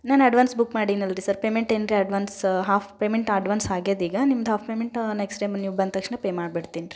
ನಾನು advance book ಮಾಡಿನಲ್ರಿ sir payment ಏನ್ರೆ ಅಡ್ವಾನ್ಸ್ ಹಾಫ್ ಪೇಮೆಂಟ್ ಅಡ್ವಾನ್ಸ್ ಹಾಗೆದ್ ಈಗ ನಿಮ್ದು ಹಾಫ್ ಪೇಮೆಂಟ್ ನೆಕ್ಸ್ಟ್ ಟೈಮಲ್ಲಿ ನೀವು ಬಂದ ತಕ್ಷಣ ಪೇ ಮಾಡಿ ಬಿಡ್ತೀನ್ರಿ